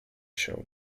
się